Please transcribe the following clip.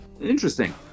Interesting